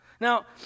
Now